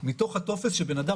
מתוך הטופס שבן אדם